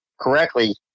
correctly